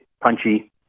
punchy